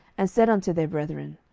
and said unto their brethren,